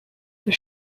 der